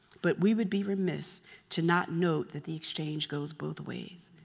but we would be remiss to not note that the exchange goes both ways.